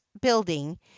building